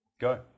Go